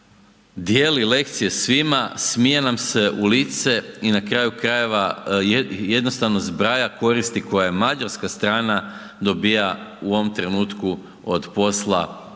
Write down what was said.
dijeli lekcije svima, smije nam se u lice i na kraju krajeva jednostavno zbraja koristi koje mađarska strana dobija u ovom trenutku od posla